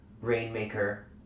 rainmaker